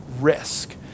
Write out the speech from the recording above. risk